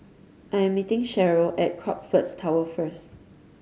I am meeting Sharyl at Crockfords Tower first